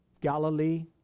Galilee